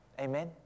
Amen